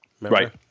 Right